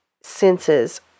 senses